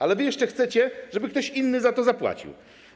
Ale wy jeszcze chcecie, żeby ktoś inny za to zapłacił.